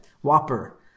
whopper